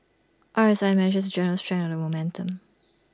R S I measures the general strength of the momentum